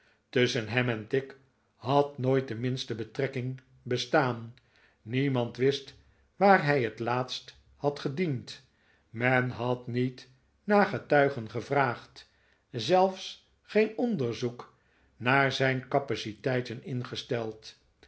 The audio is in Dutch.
tusschen hem en tigg had nooit de minste betrekking bestaan niemand wist waar hij het laatst had gediend men had niet naar getuigen gevraagd zelfs geen onderzoek naar zijn capaciteiten ingesteld